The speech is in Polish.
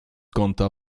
kąta